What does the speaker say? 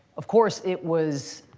of course, it was